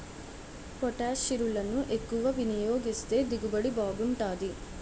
పొటాషిరులను ఎక్కువ వినియోగిస్తే దిగుబడి బాగుంటాది